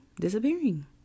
disappearing